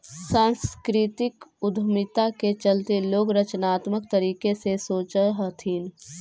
सांस्कृतिक उद्यमिता के चलते लोग रचनात्मक तरीके से सोचअ हथीन